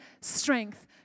strength